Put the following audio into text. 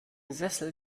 sessel